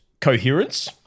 Coherence